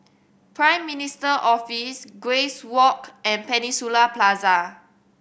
Prime Minister Office Grace Walk and Peninsula Plaza